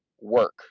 work